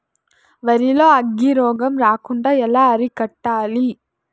వరి లో అగ్గి రోగం రాకుండా ఎలా అరికట్టాలి?